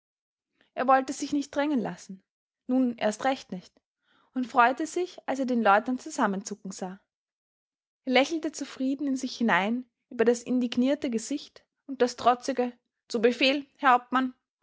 er wollte sich nicht drängen lassen nun erst recht nicht und freute sich als er den leutnant zusammenzucken sah lächelte zufrieden in sich hinein über das indignierte gesicht und das trotzige zu befehl herr hauptmann